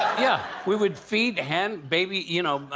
yeah. we would feed, hand, baby you know,